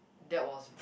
that was